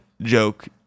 joke